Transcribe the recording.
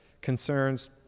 concerns